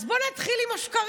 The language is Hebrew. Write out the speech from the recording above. אז בוא נתחיל עם השקרים.